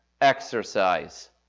exercise